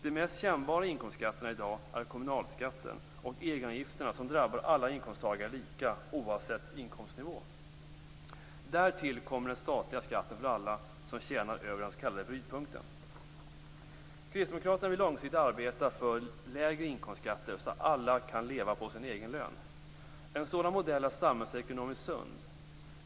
De mest kännbara inkomstskatterna i dag är kommunalskatten och egenavgifterna som drabbar alla inkomsttagare lika oavsett inkomstnivå. Därtill kommer den statliga skatten för alla som tjänar över den s.k. brytpunkten. Kristdemokraterna vill långsiktigt arbeta för lägre inkomstskatter, så att alla kan leva på sin egen lön. En sådan modell är samhällsekonomiskt sund.